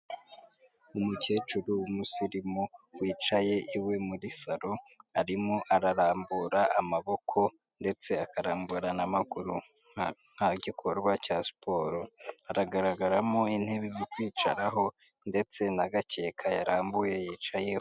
Umukecuru w'umusirimu wicaye iwe muri saro, arimo ararambura amaboko ndetse akarambura n'amaguru. Nta gikorwa cya siporo aragaragaramo intebe zo kwicaraho ndetse n'agakeka yarambuye yicayeho.